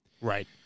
Right